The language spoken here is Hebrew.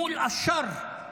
מול (אומר בערבית: